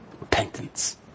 Repentance